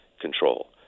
control